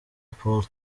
paul